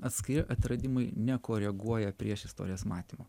atskiri atradimai nekoreguoja priešistorės matymo